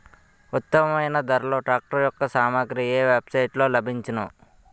ఉత్తమమైన ధరలో ట్రాక్టర్ యెక్క సామాగ్రి ఏ వెబ్ సైట్ లో లభించును?